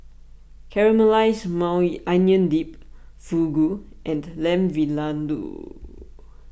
Caramelized Maui Onion Dip Fugu and Lamb Vindaloo